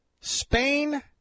Spain